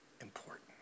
important